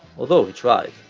although he tried.